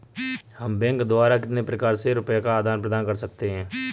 हम बैंक द्वारा कितने प्रकार से रुपये का आदान प्रदान कर सकते हैं?